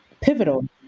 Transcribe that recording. pivotal